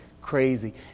crazy